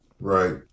right